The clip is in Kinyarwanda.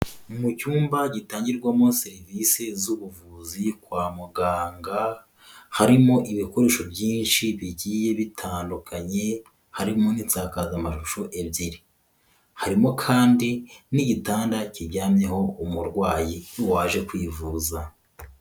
Mu cyumba gitangirwamo serivisi z'ubuvuzi kwa muganga, harimo ibikoresho byinshi bigiye bitandukanye, harimo n'insazamashusho ebyiri, harimo kandi n'igitanda kijyanyeho umurwayi waje kwivuza.